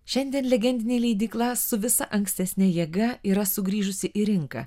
šiandien legendinė leidykla su visa ankstesne jėga yra sugrįžusi į rinką